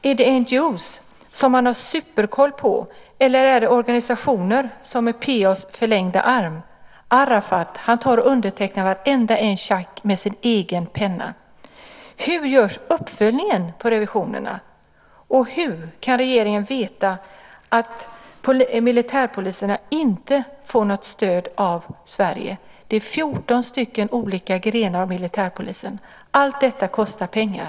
Är det NGO:er, som man har superkoll på, eller är det organisationer som är PA:s förlängda arm? Arafat undertecknar varenda check med sin egen penna. Hur görs uppföljningen av revisionerna? Och hur kan regeringen veta att militärpoliserna inte får något stöd av Sverige? Det finns fjorton olika grenar av militärpolisen. Allt detta kostar pengar.